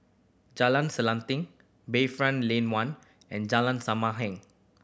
Jalan Selanting Bayfront Lane One and Jalan Sama Heng